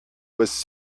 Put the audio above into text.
was